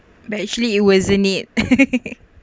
but actually it wasn't it